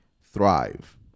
thrive